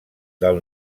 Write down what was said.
del